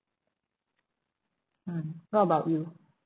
mm what about you